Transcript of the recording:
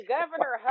Governor